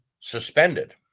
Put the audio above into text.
suspended